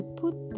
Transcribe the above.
put